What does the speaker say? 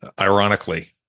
ironically